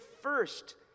first